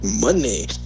Money